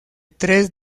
tres